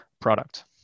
product